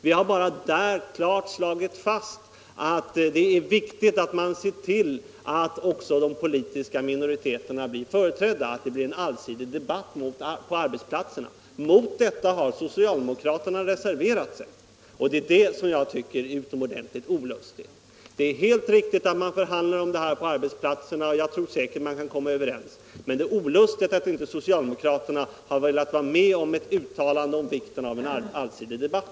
Vi har klart uttalat att det är viktigt att se till att också de politiska minoriteterna blir företrädda så att det blir en allsidig debatt på arbetsplatserna. Mot detta har socialdemokraterna reserverat sig, och det tycker jag är utomordentligt olustigt. Det är helt riktigt att förhandla om detta på arbetsplatserna, och jag tror säkert att man kan komma överens. Men det är olustigt att socialdemokraterna inte vill vara med om ett uttalande om vikten av en allsidig debatt.